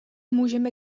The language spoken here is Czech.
můžeme